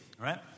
right